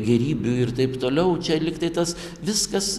gėrybių ir taip toliau čia lyg tai tas viskas